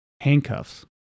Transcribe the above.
handcuffs